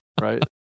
right